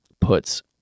puts